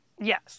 Yes